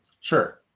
Sure